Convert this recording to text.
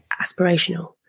aspirational